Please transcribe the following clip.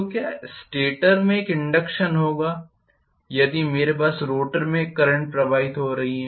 तो क्या स्टेटर में एक इंडक्षन होगा यदि मेरे पास रोटर में एक करंट प्रवाहित हो रही है